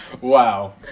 Wow